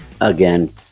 again